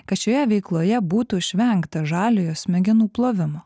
kad šioje veikloje būtų išvengta žaliojo smegenų plovimo